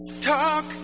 Talk